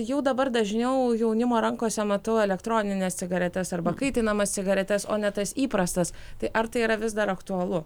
jau dabar dažniau jaunimo rankose matau elektronines cigaretes arba kaitinamas cigaretes o ne tas įprastas tai ar tai yra vis dar aktualu